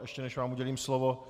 Ještě než vám udělím slovo...